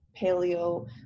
paleo